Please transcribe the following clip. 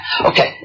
Okay